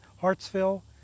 Hartsville